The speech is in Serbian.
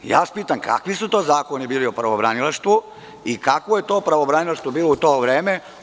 Pitam vas - kakvi su to zakoni bili o pravobranilaštvu i kakvo je to pravobranilaštvo bilo u to vreme?